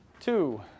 two